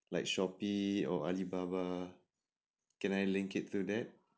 like shopee or alibaba can I link it to that